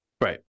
Right